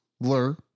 blur